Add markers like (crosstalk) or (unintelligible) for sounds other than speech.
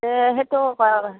তে সেইটো (unintelligible)